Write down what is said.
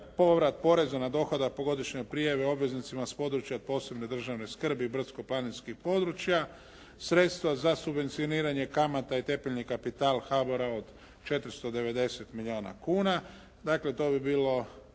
povrat poreza na dohodak po godišnjoj prijavi obveznicima s područja posebne državne skrbi i brdsko-planinskih područja. Sredstva za subvencioniranje kamata i … kapital HABOR-a od 490 milijuna kuna, dakle to bi bilo